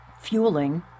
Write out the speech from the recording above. fueling